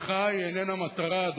המחאה איננה מטרה,